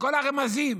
וכל הרמזים